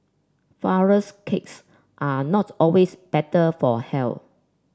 flourless cakes are not always better for health